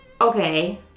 Okay